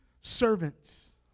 servants